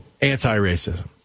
anti-racism